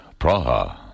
Praha